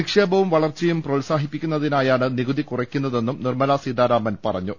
നിക്ഷേപവും വളർച്ചയും പ്രോത്സാഹിപ്പിക്കു ന്നതിനായാണ് നികുതി കുറയ്ക്കുന്നതെന്നും നിർമലാ സീതാരാമൻ പറഞ്ഞു